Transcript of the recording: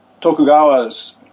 Tokugawa's